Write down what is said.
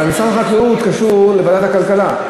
אבל משרד החקלאות קשור לוועדת הכלכלה.